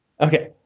Okay